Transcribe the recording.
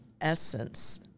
essence